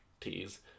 teas